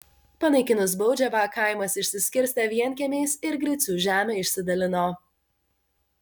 panaikinus baudžiavą kaimas išsiskirstė vienkiemiais ir gricių žemę išsidalino